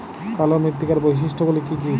কালো মৃত্তিকার বৈশিষ্ট্য গুলি কি কি?